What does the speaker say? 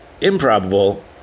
improbable